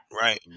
Right